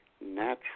natural